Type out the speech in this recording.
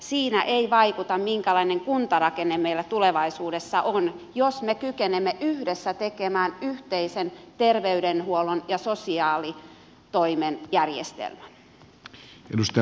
siinä ei vaikuta minkälainen kuntarakenne meillä tulevaisuudessa on jos me kykenemme yhdessä tekemään yhteisen terveydenhuollon ja sosiaalitoimen järjestelmän